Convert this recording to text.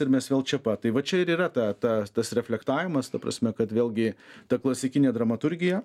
ir mes vėl čia pat tai va čia ir yra ta ta tas reflektavimas ta prasme kad vėlgi ta klasikinė dramaturgija